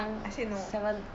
I said no